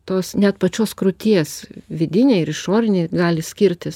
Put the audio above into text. tos net pačios krūties vidinė ir išorinė gali skirtis